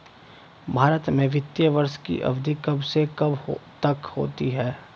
भारत में वित्तीय वर्ष की अवधि कब से कब तक होती है?